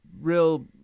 real